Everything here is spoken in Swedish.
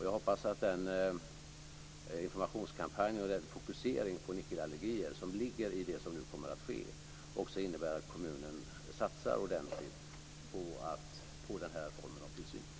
Jag hoppas att den informationskampanj och den fokusering på nickelallergier som ligger i det som nu kommer att ske också innebär att kommunen satsar ordentligt på den här formen av tillsyn.